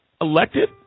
elected